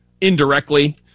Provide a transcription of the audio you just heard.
indirectly